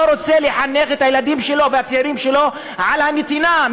מי לא רוצה לחנך את הילדים שלו והצעירים שלו על הנתינה?